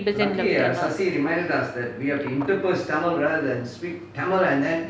percent